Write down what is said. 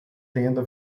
tenda